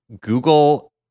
Google